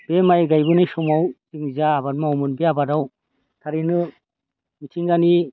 बे माइ गायबोनाय समाव जों जा आबाद मावोमोन बे आबादाव थारैनो मिथिंगानि